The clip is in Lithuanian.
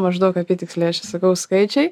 maždaug apytiksliai aš čia sakau skaičiai